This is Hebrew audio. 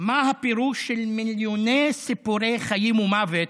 מה הפירוש של מיליוני סיפורי חיים ומוות